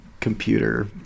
computer